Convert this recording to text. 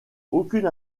aucune